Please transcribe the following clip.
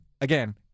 again